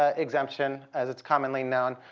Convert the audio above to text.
ah exemption, as it's commonly known.